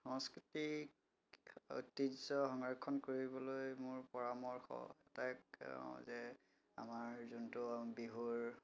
সংস্কৃতিক ঐতিহ্য সংৰক্ষণ কৰিবলৈ মোৰ পৰামৰ্শ এটাই কওঁ যে আমাৰ যোনটো বিহুৰ